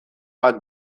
bat